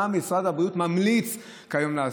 מה משרד הבריאות ממליץ כיום לעשות?